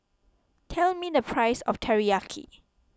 tell me the price of Teriyaki